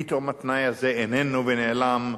פתאום התנאי הזה איננו ונעלם,